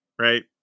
right